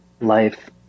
life